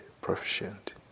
proficient